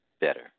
better